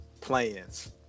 plans